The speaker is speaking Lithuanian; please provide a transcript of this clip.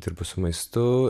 dirbu su maistu